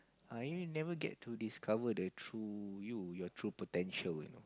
I never get to discover the true you your true potential you know